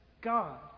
God